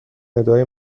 ندای